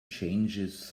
changes